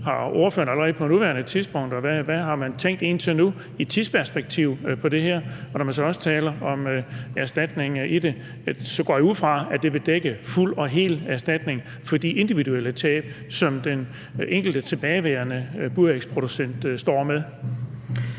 har ordføreren allerede på nuværende tidspunkt tænkt om tidsperspektivet i det her? Når man også taler om erstatning, går jeg ud fra, at det vil dække fuld og hel erstatning for de individuelle tab, som den enkelte tilbageværende burægsproducent står med.